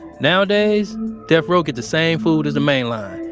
nowadays death row get the same food as the main line.